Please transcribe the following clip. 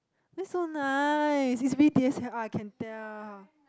that's so nice it's D_S_L_R ah can tell